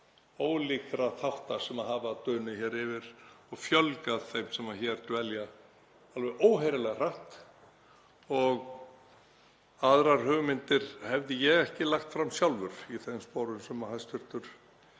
ólíkra þátta sem hafa dunið hér yfir og fjölgað þeim sem hér dvelja alveg óheyrilega hratt og aðrar hugmyndir hefði ég ekki lagt fram sjálfur í þeim sporum sem hæstv.